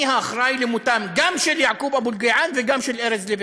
מי האחראי גם למותו של יעקוב אבו אלקיעאן וגם למותו של ארז לוי,